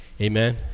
Amen